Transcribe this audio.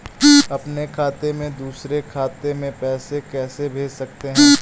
अपने खाते से दूसरे खाते में पैसे कैसे भेज सकते हैं?